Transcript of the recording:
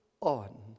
on